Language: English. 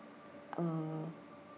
um